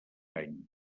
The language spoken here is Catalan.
any